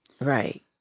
Right